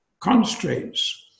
constraints